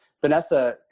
Vanessa